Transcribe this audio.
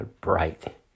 bright